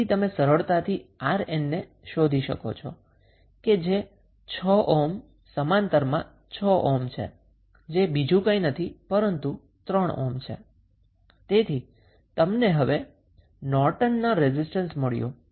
તેથી તમે સરળતાથી RN શોધી શકો છો જે 6 ઓહ્મના સમાંતરમાં 6 ઓહ્મ છે જે બીજું કંઈ નથી પરંતુ 3 ઓહ્મ છે તેથી તમને હવે નોર્ટનનો રેઝિસ્ટન્સ મળ્યો